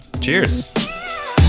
Cheers